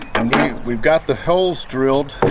we've got the holes drilled